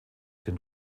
den